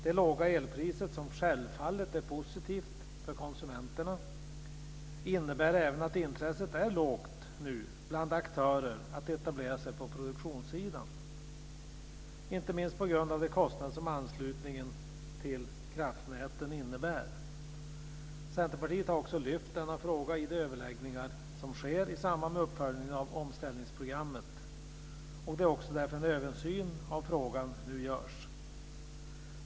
Det låga elpriset, som självfallet är positivt för konsumenterna, innebär även att intresset nu är lågt bland aktörerna för att etablera sig på produktionssidan, inte minst på grund av de kostnader som anslutningen till kraftnäten innebär. Centerpartiet har också lyft fram denna fråga i de överläggningar som har skett i samband med uppföljningen av omställningsprogrammet. Det är också därför en översyn av frågan nu görs.